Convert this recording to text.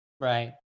right